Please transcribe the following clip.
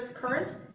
current